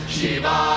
Shiva